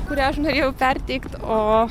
kurią aš norėjau perteikt o